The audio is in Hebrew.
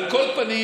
על כל פנים,